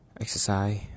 exercise